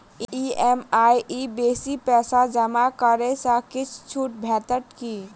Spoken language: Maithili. ई.एम.आई सँ बेसी पैसा जमा करै सँ किछ छुट भेटत की?